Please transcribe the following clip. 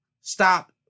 stop